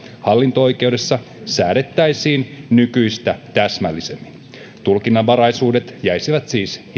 hallinto oikeudessa säädettäisiin nykyistä täsmällisemmin tulkinnanvaraisuudet jäisivät siis